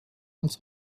als